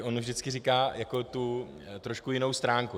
On vždycky říká tu trošku jinou stránku.